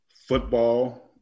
football